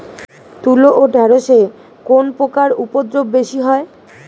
তুলো ও ঢেঁড়সে কোন পোকার উপদ্রব বেশি হয়?